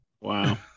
Wow